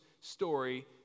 story